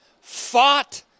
fought